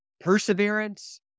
perseverance